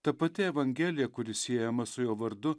ta pati evangelija kuri siejama su jo vardu